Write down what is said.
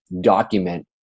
document